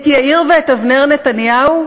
את יאיר ואת אבנר נתניהו?